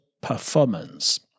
performance